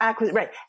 right